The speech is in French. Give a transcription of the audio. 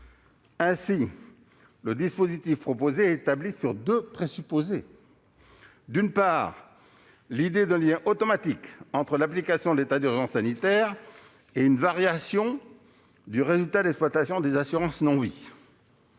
Ainsi ce dispositif est-il établi sur deux présupposés : d'une part, l'idée d'un lien « automatique » entre l'application de l'état d'urgence sanitaire et une variation du résultat d'exploitation des assurances non-vie